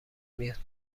میاد